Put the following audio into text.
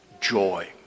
joy